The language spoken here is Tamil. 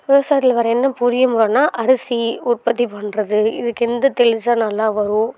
விவசாயத்தில் வேறு என்ன புரியும்ன்னால் அரிசி உற்பத்தி பண்ணுறது இதுக்கு எந்த தெளித்தா நல்லா வரும்